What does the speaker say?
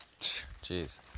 Jeez